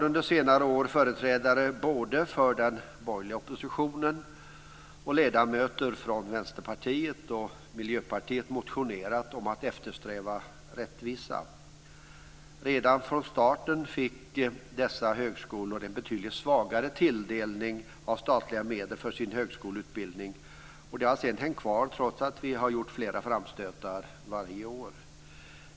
Under senare år har företrädare från den borgerliga oppositionen och från Vänsterpartiet och Miljöpartiet motionerat om att eftersträva rättvisa. Redan från starten fick dessa högskolor en betydligt mindre tilldelning av statliga medel för sin högskoleutbildning, och det har sedan hängt kvar, trots att vi har gjort flera framstötar varje år.